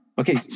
Okay